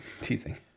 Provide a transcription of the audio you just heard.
teasing